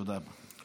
תודה רבה.